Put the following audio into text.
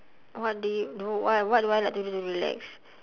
what do you no what what do I like to do to relax